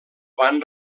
van